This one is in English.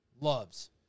loves